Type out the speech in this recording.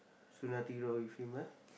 so nothing wrong with him ah